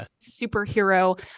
superhero